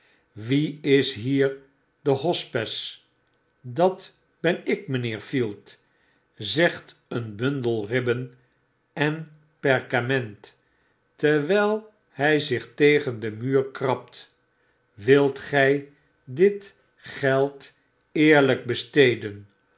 wie is hier de hospes dat ben ik mynheer field zegt een bundel ribben en perkament terwyl hy zich tegen den muur krabt wilt gy dit geld eerlijk besteden